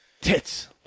tits